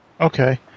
Okay